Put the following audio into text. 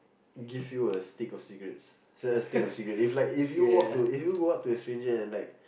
give you a stick of cigarettes it's like a stick of cigarette if like if you walk to if you go up to a stranger and like